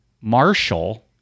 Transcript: Marshall